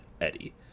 eddie